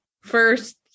first